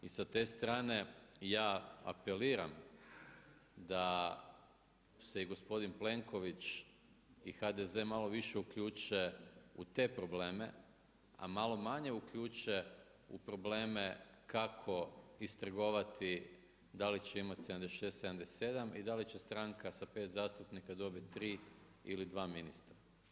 I sa te strane, ja apeliram, da se i gospodin Plenković i HDZ malo više uključe u te probleme, a malo manje uključe u probleme kako istrgovati da li će imati 76, 77 i da li će stranka sa 5 zastupnika dobiti 3 ili 2 ministra.